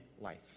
life